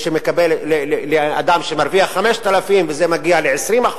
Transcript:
לאדם שמרוויח 5,000, וזה מגיע ל-20%,